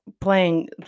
playing